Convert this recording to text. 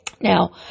Now